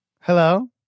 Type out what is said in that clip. Hello